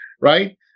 right